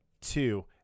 two